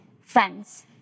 Friends